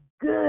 good